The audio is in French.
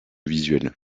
visuels